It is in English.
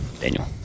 Daniel